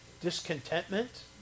discontentment